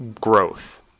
growth